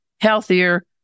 Healthier